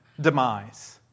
demise